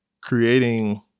creating